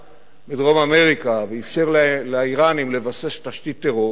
בדרום-אמריקה ואפשר לאירנים לבסס תשתית טרור